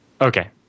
Okay